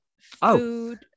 food